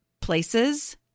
places